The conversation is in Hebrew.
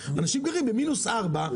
אנשים גרים בקומה 4-,